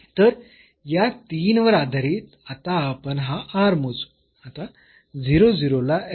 तर या 3 वर आधारित आता आपण हा r मोजू